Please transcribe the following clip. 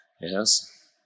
Yes